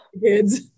kids